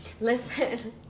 Listen